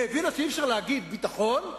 היא הבינה שאי-אפשר להגיד: ביטחון,